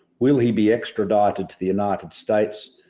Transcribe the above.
will he be extradited to the united states,